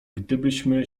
gdybyśmy